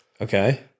Okay